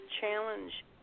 challenge